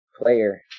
player